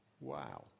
Wow